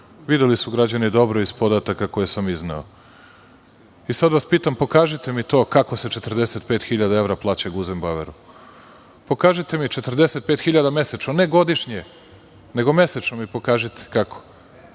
videli su građani dobro iz podataka koje sam izneo. Sada vas pitam, pokažite mi to kako se 45.000 evra plaćaju Guzem Baueru? Pokažite mi 45.000 mesečno, ne godišnje, nego mesečno mi pokažite…(Balša